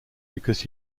because